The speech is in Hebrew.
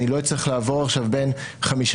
אני לא אצטרך לעבור עכשיו בין חמישה-שישה